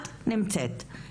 את נמצאת פה,